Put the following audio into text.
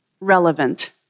relevant